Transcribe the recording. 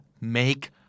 make